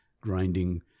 grinding